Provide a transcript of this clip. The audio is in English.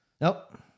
Nope